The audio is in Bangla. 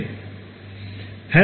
ছাত্র ছাত্রীঃ